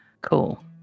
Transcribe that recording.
cool